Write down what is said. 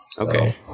Okay